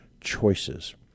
choices